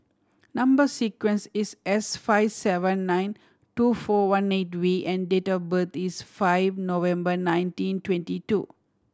number sequence is S five seven nine two four one eight V and date of birth is five November nineteen twenty two